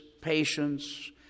patience